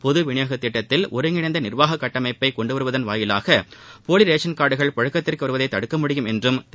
பொது விளியோகத் திட்டத்தில் ஒருங்கிணைந்த நிர்வாகக் கட்டமைப்பை கொண்டுவருவதன் மூலம் போலி ரேஷன் கா்டுகள் பழக்கத்திற்கு வருவதைத் தடுக்க முடியும் என்றும் திரு